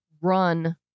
run